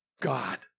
God